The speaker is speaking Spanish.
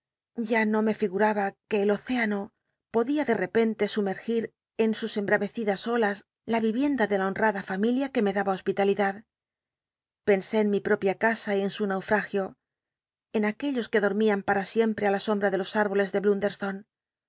ya no me figunba que el océano poclia de repente sumegir en sus embrarecidas olas la l'iriencla de la honrada familia que me daba la hospitalidad pensé en mi popia casa y en su naufragio en aquellos que dormían para siempre á la sombra de los áboles de